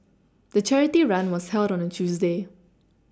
the charity run was held on a Tuesday